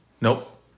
Nope